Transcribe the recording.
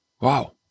Wow